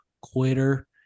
quitter